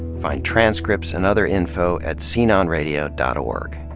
find transcripts and other info at sceneonradio dot org.